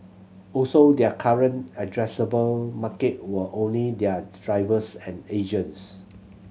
also their current addressable market were only their drivers and agents